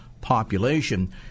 population